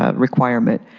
ah requirement.